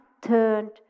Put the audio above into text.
turned